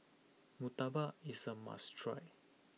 Murtabak is a must try